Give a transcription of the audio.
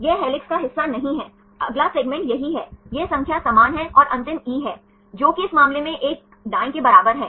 यह हेलिक्स का हिस्सा नहीं है अगला सेगमेंट यहीं है ये संख्या समान है और अंतिम ई है जो कि इस मामले में 1 दाएं के बराबर है